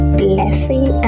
blessing